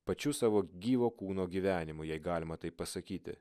pačiu savo gyvo kūno gyvenimu jei galima taip pasakyti